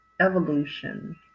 evolution